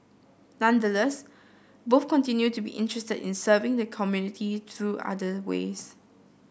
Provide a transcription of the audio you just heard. nonetheless both continue to be interested in serving the community through other ways